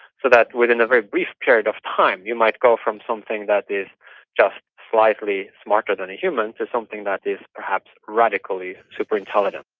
so that within a very brief period of time you might go from something that is just slightly smarter than a human to something that is perhaps radically super-intelligent.